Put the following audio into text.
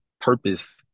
purpose